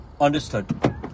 Understood